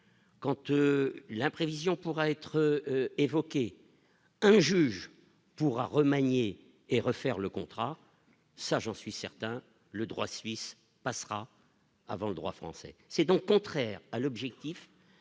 quand la prévision pourra être évoquée, un juge pourra remanier et refaire le contrat ça j'en suis certain le droit suisse passera avant le droit français, c'est donc contraire à l'objectif